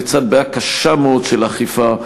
לצד בעיה קשה מאוד של אכיפה,